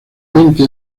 veinte